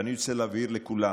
ואני רוצה להבהיר לכולם,